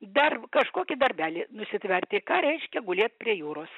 dar kažkokį darbelį nusitverti ką reiškia gulėt prie jūros